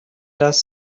das